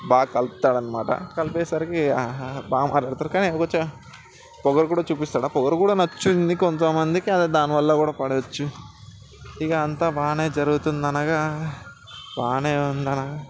బాగా కలుపుతాడు అనమాట కలిపేసరికి ఇహ బా మాట్లాడతాడు కానీ కొంచెం పొగరు కూడా చూపిస్తాడు ఆ పొగరు కూడా నచ్చుద్ది అందుకే కొంచెం దాని వల్ల కూడా పడవచ్చు ఇంకా అంతా బాగానే జరుగుతుంది అనగా బాగానే ఉంది అనగా